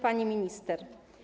Pani Minister!